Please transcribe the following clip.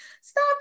stop